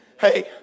Hey